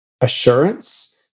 assurance